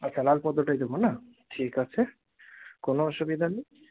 আচ্ছা লাল পদ্মটাই দেব না ঠিক আছে কোনও অসুবিধা নেই